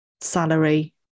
salary